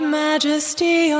majesty